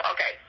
Okay